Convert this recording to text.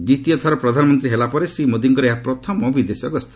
ଦ୍ୱିତୀୟ ଥର ପ୍ରଧାନମନ୍ତ୍ରୀ ହେଲା ପରେ ଶ୍ରୀ ମୋଦିଙ୍କର ଏହା ପ୍ରଥମ ବିଦେଶ ଗସ୍ତ